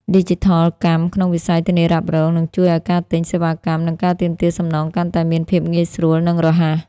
ឌីជីថលកម្មក្នុងវិស័យធានារ៉ាប់រង នឹងជួយឱ្យការទិញសេវាកម្ម និងការទាមទារសំណងកាន់តែមានភាពងាយស្រួល និងរហ័ស។